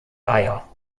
eier